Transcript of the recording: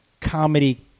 comedy